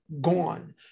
gone